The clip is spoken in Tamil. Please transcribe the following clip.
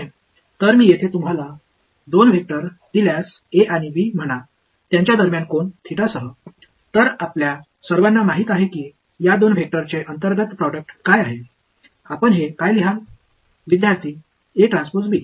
எனவே நான் இரண்டு a மற்றும் b வெக்டர் களை அவற்றுக்கு இடையில் சில கோண தீட்டாவைக் கொடுத்துள்ளேன் இந்த இரண்டு வெக்டர்களின் இன்னா் ப்ரோடக்ட் என்பது நாம் அனைவரும் அறிவோம் நீங்கள் அதை என்ன என்று எழுதுவீர்கள்